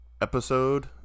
episode